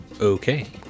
Okay